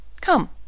Come